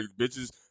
bitches